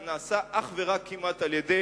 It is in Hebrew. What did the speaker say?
זה נעשה כמעט אך ורק על-ידי